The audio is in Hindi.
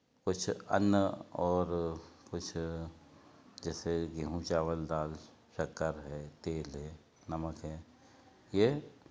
कुछ अन्न और कुछ जैसे गेहूँ चावल दाल शक्कर है तेल है नमक है ये